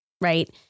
right